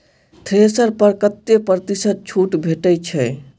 Thresher पर कतै प्रतिशत छूट भेटय छै?